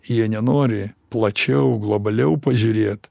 jie nenori plačiau globaliau pažiūrėt